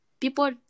people